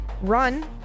run